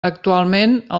actualment